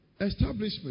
Establishment